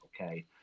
Okay